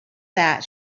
that